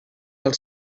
del